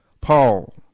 Paul